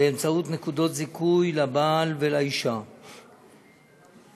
באמצעות נקודות זיכוי לבעל ולאישה יותר